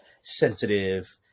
sensitive